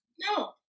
No